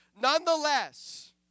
nonetheless